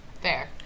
Fair